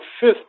fifth